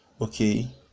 okay